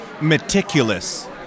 meticulous